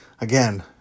Again